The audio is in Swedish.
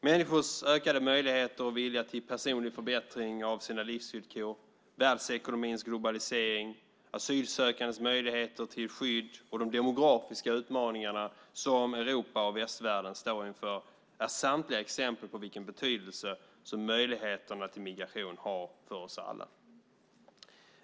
Människors ökade möjligheter och vilja till personlig förbättring av sina livsvillkor, världsekonomins globalisering, asylsökandes möjligheter till skydd och de demografiska utmaningar som Europa och västvärlden står inför är samtliga exempel på vilken betydelse som möjligheterna till migration har för oss alla.